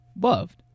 Loved